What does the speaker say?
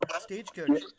Stagecoach